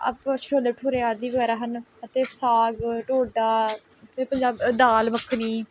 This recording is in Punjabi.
ਆਪਾਂ ਛੋਲੇ ਭਟੂਰੇ ਆਦਿ ਵਗੈਰਾ ਹਨ ਅਤੇ ਸਾਗ ਢੋਡਾ ਅਤੇ ਪੰਜਾਬ ਦਾਲ ਮੱਖਣੀ